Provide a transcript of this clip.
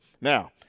Now